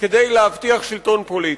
כדי להבטיח שלטון פוליטי.